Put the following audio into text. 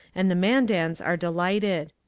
and the mandans are delighted.